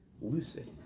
lucid